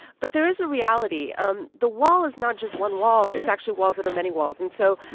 but there is a reality. um the wall is not just one wall. it's actually walls that are many walls. and so.